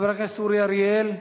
חבר הכנסת אורי אריאל,